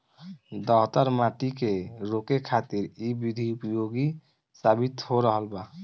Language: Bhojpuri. दहतर माटी के रोके खातिर इ विधि उपयोगी साबित हो रहल बा